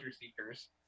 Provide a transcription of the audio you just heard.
seekers